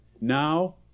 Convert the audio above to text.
now